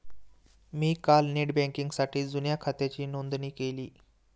मी काल नेट बँकिंगसाठी जुन्या खात्याची नोंदणी केली